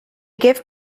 gift